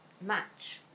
match